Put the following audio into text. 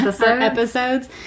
episodes